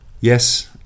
Yes